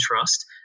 trust